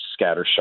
scattershot